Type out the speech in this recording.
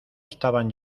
estaban